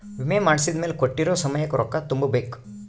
ವಿಮೆ ಮಾಡ್ಸಿದ್ಮೆಲೆ ಕೋಟ್ಟಿರೊ ಸಮಯಕ್ ರೊಕ್ಕ ತುಂಬ ಬೇಕ್